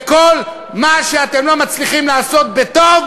וכל מה שאתם לא מצליחים לעשות בטוב,